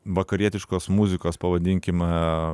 vakarietiškos muzikos pavadinkim